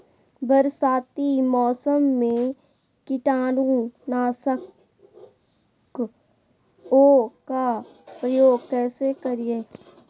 बरसाती मौसम में कीटाणु नाशक ओं का प्रयोग कैसे करिये?